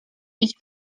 idź